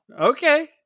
Okay